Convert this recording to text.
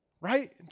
Right